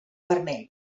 vermell